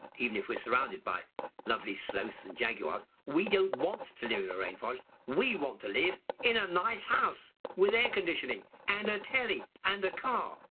even if we're surrounded by lovely sloths and jaguars. we don't want to live in a rainforest, we want to live in a nice house with air conditioning and a tele and a car.